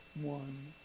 one